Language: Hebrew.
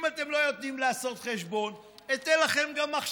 אם אתם לא יודעים לעשות חשבון, אתן לכם גם מחשבון.